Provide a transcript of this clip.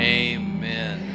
amen